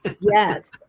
Yes